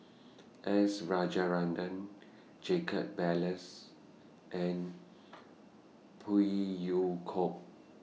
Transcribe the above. S Rajaratnam Jacob Ballas and Phey Yew Kok